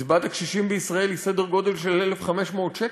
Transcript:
קצבת הקשישים בישראל היא סדר גודל של 1,500 שקל.